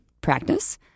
practice